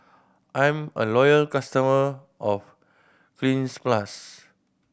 I'm a loyal customer of Cleanz Plus